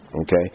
Okay